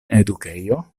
edukejo